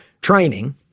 training